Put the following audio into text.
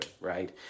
right